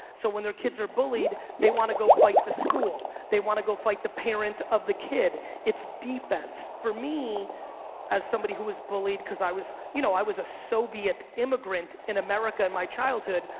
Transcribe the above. so when their kids are bullied, they want to go fight the school. they want to go fight the parent of the kid. it's defense for me as somebody who was bullied because i was you know i was a soviet immigrant in america and my childhood,